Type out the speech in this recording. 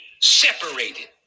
separated